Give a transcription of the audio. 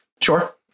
Sure